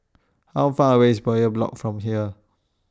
How Far away IS Bowyer Block from here